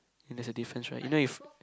and there's a difference right you know if